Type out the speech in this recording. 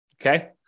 okay